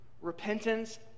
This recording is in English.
repentance